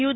you